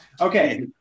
okay